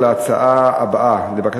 להצעה הבאה,